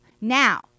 now